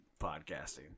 podcasting